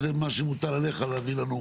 זה מה שמוטל עליך להביא לנו,